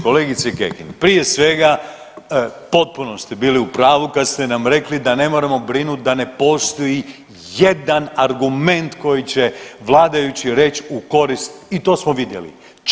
Kolegice Kekin, prije svega potpuno ste bili u pravu kad ste rekli da ne moramo brinuti da ne postoji jedan argument koji će vladajući reći u korist i to smo vidjeli.